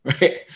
right